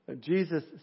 Jesus